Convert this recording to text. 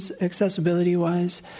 accessibility-wise